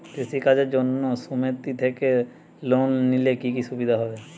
কৃষি কাজের জন্য সুমেতি থেকে লোন নিলে কি কি সুবিধা হবে?